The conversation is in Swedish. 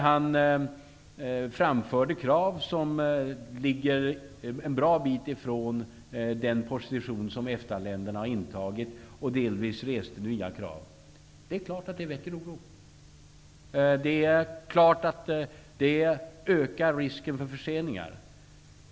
Han framförde krav som ligger en bra bit från den position som EFTA-länderna har intagit, och delvis reste han nya krav. Det är klart att det väcker oro. Det är också klart att det ökar risken för förseningar.